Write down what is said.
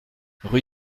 rue